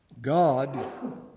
God